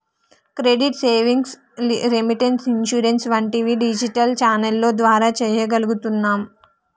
credit, savings, remittance, insurance వంటివి digital ఛానెల్ల ద్వారా చెయ్యగలుగుతున్నాం